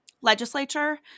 legislature